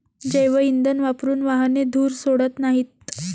जैवइंधन वापरून वाहने धूर सोडत नाहीत